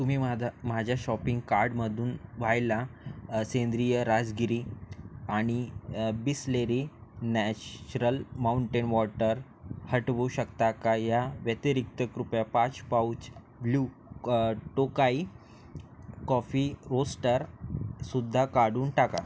तुम्ही मादा माझ्या शॉपिंग कार्डमदून वायला सेंद्रिय राजगिरी आणि बिसलेरी नॅचरल माउंटेन वॉटर हटवू शकता का या व्यतिरिक्त कृपया पाच पाउच ब्लू टोकाई कॉफी रोस्टरसुद्धा काढून टाका